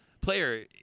player